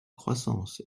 croissance